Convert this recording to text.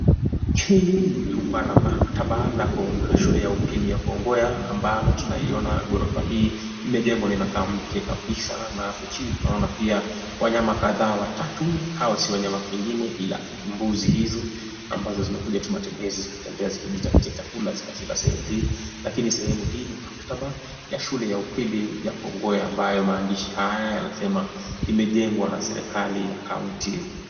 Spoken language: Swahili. Hili ni jumba la maktaba la shule ya upili ya Kongowea, ambalo tunaiona gorofa hii imejengwa na inakaa mpya kabisa. Na hapo chini tunaona pia wanyama kadhaa watatu, hawa si wanyama wengine, ila ni mbuzi hizo ambazo zimekuja tu matembezi zikitembea zikijitafutia chakula zikafika sehemu hii. Lakini sehemu hii ni maktaba ya shule ya upili ya Kongowea, ambayo maandishi haya yanasema imejengwa na serikali ya kaunti.